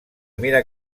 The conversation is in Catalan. mira